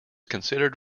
considered